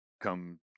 come